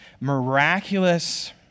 miraculous